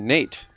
Nate